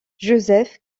joseph